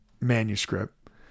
manuscript